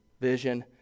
vision